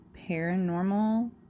paranormal